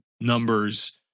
numbers